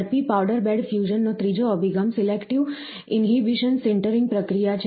ઝડપી powder bed ફ્યુઝનનો ત્રીજો અભિગમ સિલેક્ટિવ ઈન્હિબિશન સિન્ટરિંગ પ્રક્રિયા છે